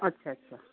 अच्छा अच्छा